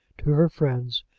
to her friends,